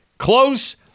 close